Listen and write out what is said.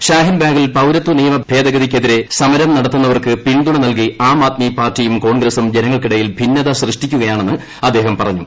ഷാഹിൻബാഗിൽ പൌരത്വ നിയമ ഭേദഗതിക്കെതിരെ സമരം നടത്തുന്നവർക്ക് പിന്തുണ നൽകി ആം ആദ്മി പാർട്ടിയും കോൺഗ്രസും ജനങ്ങൾക്കിടയിൽ ഭിന്നത സൃഷ്ടിക്കുകയാണെന്ന് അദ്ദേഹം പറഞ്ഞു